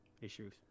issues